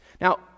Now